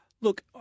Look